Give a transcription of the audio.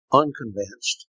unconvinced